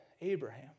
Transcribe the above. Abraham